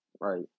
Right